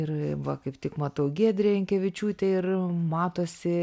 ir va kaip tik matau giedrė jankevičiūtė ir matosi